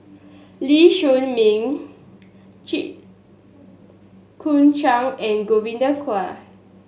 Lee Shao Meng Jit Koon Ch'ng and Godwin Koay